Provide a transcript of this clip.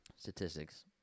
Statistics